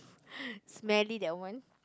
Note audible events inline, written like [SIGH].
[BREATH] smelly that one